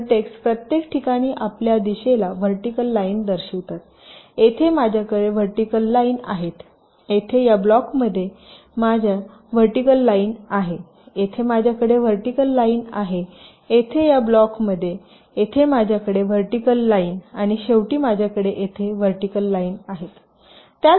vertex प्रत्येक ठिकाणी आपल्या दिशेला व्हर्टिकल लाईन दर्शवितात येथे माझ्याकडे व्हर्टिकल लाईन आहेत येथे या ब्लॉकमध्ये येथे माझ्यास व्हर्टिकल लाईन आहेत येथे माझ्याकडे व्हर्टिकल लाईन आहेत येथे या ब्लॉकमध्ये येथे माझ्याकडे आहे व्हर्टिकल लाईन येथे आणि शेवटी माझ्याकडे येथे व्हर्टिकल लाईन आहेत